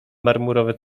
marmurowe